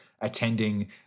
attending